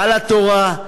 על התורה,